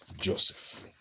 Joseph